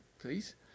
please